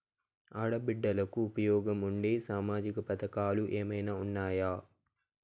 ఆడ బిడ్డలకు ఉపయోగం ఉండే సామాజిక పథకాలు ఏమైనా ఉన్నాయా?